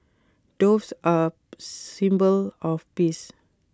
doves are symbol of peace